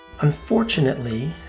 Unfortunately